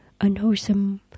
unwholesome